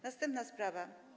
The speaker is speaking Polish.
Następna sprawa.